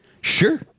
sure